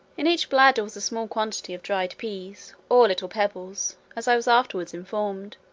in each bladder was a small quantity of dried peas, or little pebbles, as i was afterwards informed.